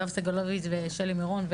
יואב סגלוביץ' ושלי מירון,